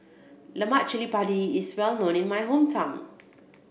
Lemak Padi is well known in my hometown